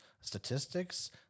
statistics